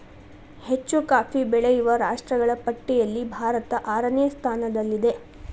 ಹೆಚ್ಚು ಕಾಫಿ ಬೆಳೆಯುವ ರಾಷ್ಟ್ರಗಳ ಪಟ್ಟಿಯಲ್ಲಿ ಭಾರತ ಆರನೇ ಸ್ಥಾನದಲ್ಲಿದೆ